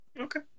Okay